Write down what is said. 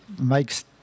makes